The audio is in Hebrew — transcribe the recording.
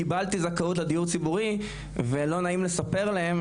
קיבלתי זכאות לדיור ציבורי ולא נעים לספר להם